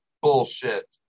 bullshit